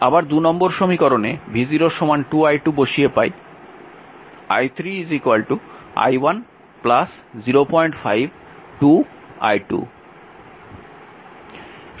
আবার নম্বর সমীকরণে v0 2 i2 বসিয়ে পাই i3 i1 05 2 i2